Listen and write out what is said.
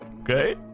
Okay